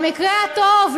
במקרה הטוב,